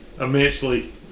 immensely